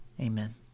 Amen